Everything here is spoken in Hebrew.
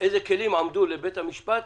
איזה כלים עמדו בפני בית המשפט,